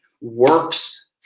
works